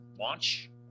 Launch